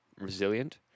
resilient